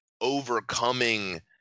overcoming